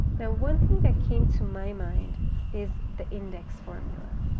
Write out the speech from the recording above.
now one thing that came to my mind is the index formula,